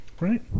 right